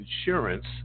insurance